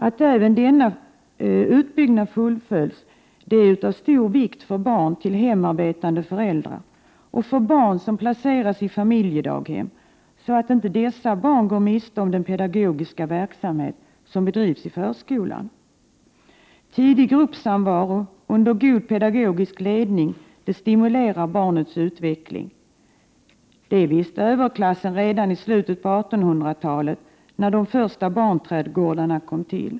Att även denna utbyggnad fullföljs är av stor vikt för barn till hemarbetande föräldrar och för barn som placerats i familjedaghem, så att inte dessa barn går miste om den pedagogiska verksamhet som bedrivs i förskolan. Tidig gruppsamvaro under god pedagogisk ledning stimulerar barnets utveckling. Det visste överklassen redan i slutet av 1800-talet, när de första barnträdgårdarna kom till.